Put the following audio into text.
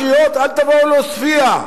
הקריאות "אל תבואו לעוספיא",